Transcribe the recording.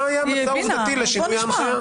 מה היה המידע העובדתי לשינוי ההנחיה?